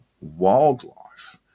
wildlife